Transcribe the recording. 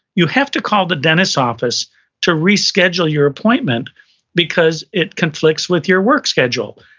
you have to call the dentist office to reschedule your appointment because it conflicts with your work schedule.